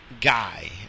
guy